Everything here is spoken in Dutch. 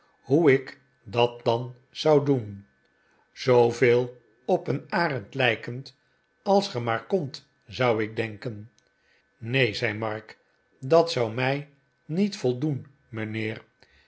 hoe ik dat dan zou doen zooveel op een arend lijkend als ge maar kondt zou ik denken neen zei mark dat zou mij niet voldoen mijnheer